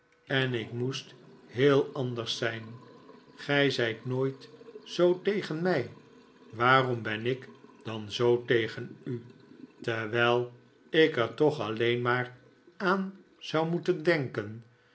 en ik moest heel anders zijn gij zijt nooit zoo tegen mij waarom ben ik dan zoo tegen u terwijl ik er toch alleen maar aan zou moeten denken